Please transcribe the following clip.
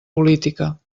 política